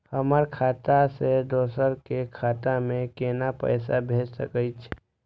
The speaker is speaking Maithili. हमर खाता से दोसर के खाता में केना पैसा भेज सके छे?